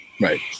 right